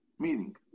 Meaning